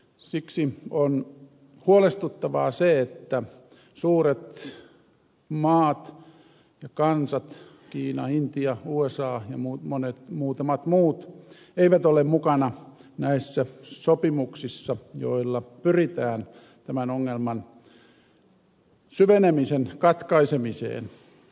siksi on huolestuttavaa että suuret maat ja kansat kiina intia usa ja muutamat muut eivät ole mukana näissä sopimuksissa joilla pyritään tämän ongelman syvenemisen katkaisemiseen